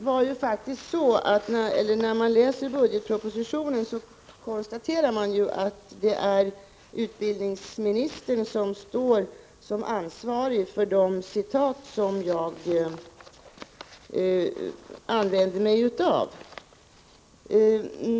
Herr talman! När man läser budgetpropositionen konstaterar man ju att det är utbildningsministern som står som ansvarig för de citat som jag använde.